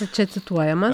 čia cituojama